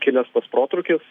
kilęs tas protrūkis